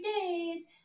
days